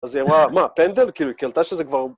אז היא אמרה, מה, פנדל? כאילו היא קלטה שזה כבר...